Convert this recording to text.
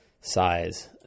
size